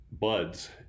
buds